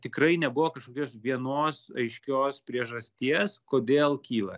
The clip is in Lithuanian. tikrai nebuvo kažkokios vienos aiškios priežasties kodėl kyla